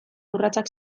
urratsak